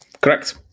correct